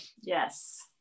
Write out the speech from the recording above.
Yes